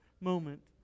moment